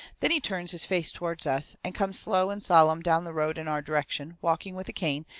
then he turns his face toward us, and comes slow and sollum down the road in our direction, walking with a cane,